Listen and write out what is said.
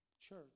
Church